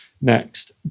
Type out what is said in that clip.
Next